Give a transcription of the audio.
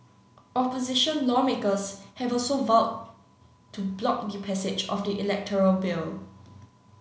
opposition lawmakers have also vowed to block the passage of the electoral bill